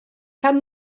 tan